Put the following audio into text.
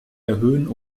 erhöhen